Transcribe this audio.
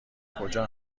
کجا